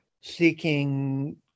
seeking